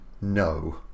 no